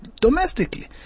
domestically